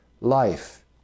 Life